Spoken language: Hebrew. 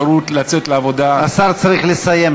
השר דרעי מתקשה,